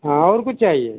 हाँ और कुछ चाहिए